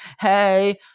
Hey